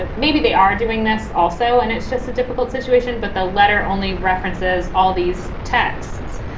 and maybe they are doing this also and it's just a difficult situation. but the letter only references all these texts,